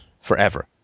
forever